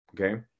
Okay